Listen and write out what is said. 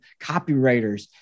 copywriters